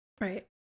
Right